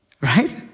Right